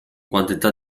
quantità